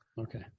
Okay